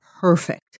perfect